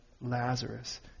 Lazarus